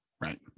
Right